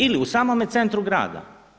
Ili u samome centru grada.